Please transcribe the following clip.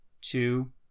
two